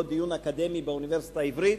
ולא דיון אקדמי באוניברסיטה העברית,